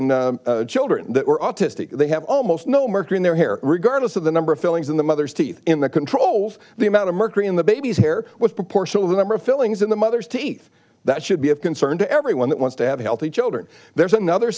in children that were autistic they have almost no mercury in their hair regardless of the number of fillings in the mother's teeth in the controls the amount of mercury in the baby's hair what proportion of the number of fillings in the mother's teeth that should be of concern to everyone that wants to have healthy children there's another